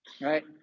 right